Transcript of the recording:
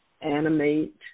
animate